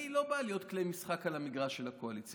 אני לא באה להיות כלי משחק על המגרש של הקואליציה.